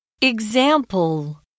Example